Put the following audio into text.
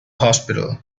hospital